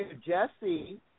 Jesse